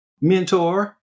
mentor